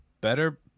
Better